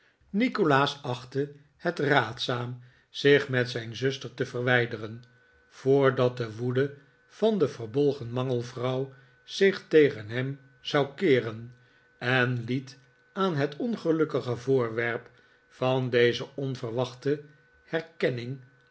nikolaas achtte het raadzaam zich met zijn zuster te verwijderen voordat de woede van de verbolgen mangelvrouw zich tegen hem zou keeren en liet aan het ongelukkige voorwerp van deze onverwachte herkenning